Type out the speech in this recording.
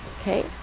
Okay